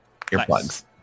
Earplugs